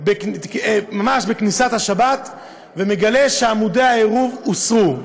ממש בכניסת השבת ומגלה שעמודי העירוב הוסרו.